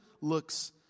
looks